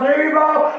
evil